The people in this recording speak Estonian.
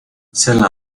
selle